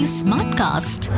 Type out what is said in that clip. smartcast